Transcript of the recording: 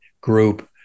group